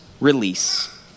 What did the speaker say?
release